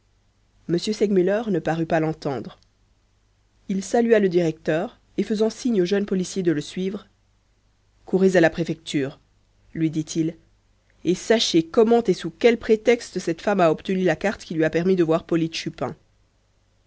m segmuller ne parut pas l'entendre il salua le directeur et faisant signe au jeune policier de le suivre courez à la préfecture lui dit-il et sachez comment et sous quel prétexte cette femme a obtenu la carte qui lui a permis de voir polyte chupin